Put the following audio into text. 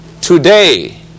Today